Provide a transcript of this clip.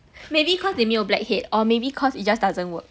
maybe cause the 你没有 blackhead or maybe cause it just doesn't work